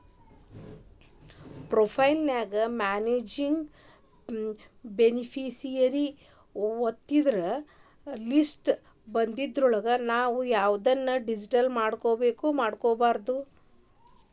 profile ನ್ಯಾಗ manage beneficiary ಒತ್ತಿದ್ರ list ಬನ್ದಿದ್ರೊಳಗ ನಾವು ಯವ್ದನ್ನ ಡಿಲಿಟ್ ಮಾಡ್ಬೆಕೋ ಮಾಡ್ಬೊದು